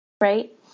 right